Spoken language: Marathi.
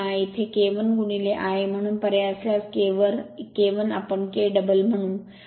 येथे K 1 Ia म्हणून पर्याय असल्यास K वर K 1 आपण K डबल म्हणू